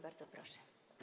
Bardzo proszę.